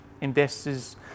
investors